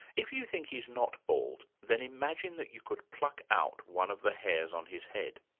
if you think he's not bald, then imagine that you could pluck out one of the hairs on his head.